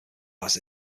buys